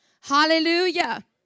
Hallelujah